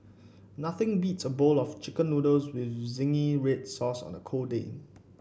nothing beats a bowl of chicken noodles with zingy red sauce on a cold day